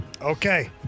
Okay